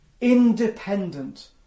independent